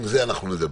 גם על זה אנחנו נדבר